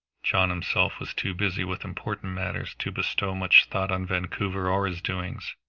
john himself was too busy with important matters to bestow much thought on vancouver or his doings.